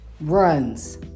runs